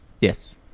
Yes